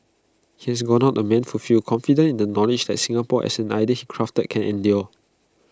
he has gone out A man fulfilled confident in the knowledge that Singapore as an idea he crafted can endure